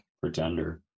Pretender